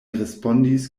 respondis